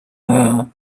her